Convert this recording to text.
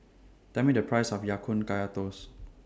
Tell Me The Price of Ya Kun Kaya Toast